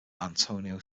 antonio